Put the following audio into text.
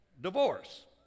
divorce